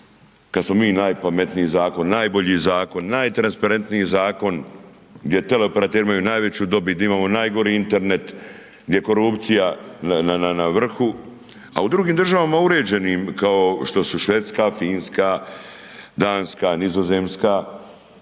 kad smo mi najpametniji zakon, najbolji zakon, najtransparentniji zakon gdje teleoperateri imaju najveću dobit, di imamo najgori internet, gdje korupcija na vrhu. A u drugim državama uređenim, kao što su Švedska, Finska, Danska, Nizozemska,